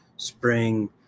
spring